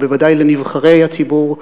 ובוודאי לנבחרי הציבור,